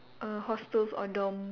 err hostels or dorm